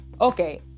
Okay